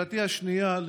שאלתי השנייה,